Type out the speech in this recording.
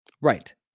Right